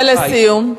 ולסיום.